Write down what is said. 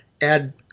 add